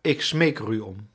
ik smeek er u om